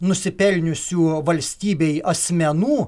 nusipelniusių valstybei asmenų